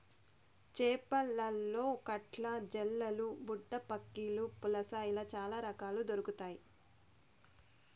చేపలలో కట్ల, జల్లలు, బుడ్డపక్కిలు, పులస ఇలా చాల రకాలు దొరకుతాయి